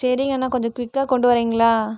சரிங்கண்ணா கொஞ்சம் குயிக்கா கொண்டு வரிங்களா